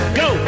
go